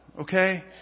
Okay